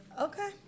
Okay